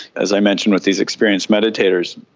as i mentioned with these experienced meditators,